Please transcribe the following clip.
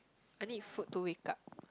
I need food to wake up